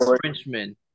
Frenchman